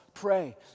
pray